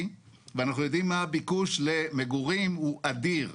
ואנחנו יודעים שהביקוש למגורים הוא אדיר.